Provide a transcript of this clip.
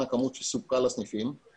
הכמות שסופקה לסניפים לכמות שנמכרה.